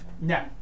No